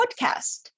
podcast